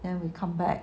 then we come back